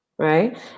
Right